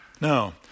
no